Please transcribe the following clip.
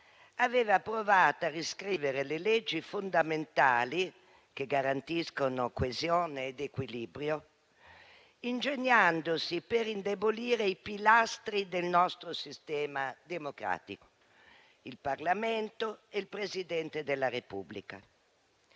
aveva provato a riscrivere le leggi fondamentali che garantiscono coesione ed equilibrio ingegnandosi per indebolire i pilastri del nostro sistema democratico, il Parlamento e il Presidente della Repubblica.